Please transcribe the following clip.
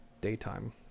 Daytime